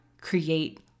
create